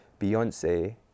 Beyonce